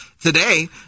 Today